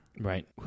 Right